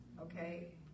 okay